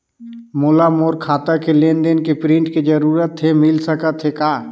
मोला मोर खाता के लेन देन के प्रिंट के जरूरत हे मिल सकत हे का?